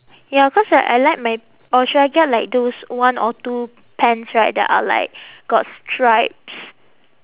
ya cause like I like my or should I get like those one or two pants right that are like got stripes